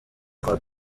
kwa